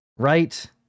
right